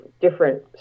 different